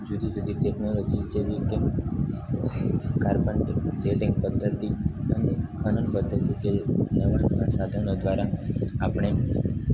જુદી જુદી ટેકનોલોજી જેવી કે કાર્બન ડેટિંગ પદ્ધતિ અને ખનન પદ્ધતિ કે નવા નવા સાધનો દ્વારા આપણે